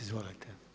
Izvolite.